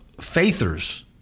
faithers